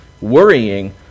worrying